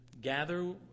gather